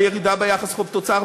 הירידה ביחס חוב תוצר,